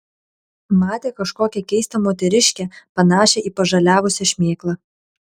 matė kažkokią keistą moteriškę panašią į pažaliavusią šmėklą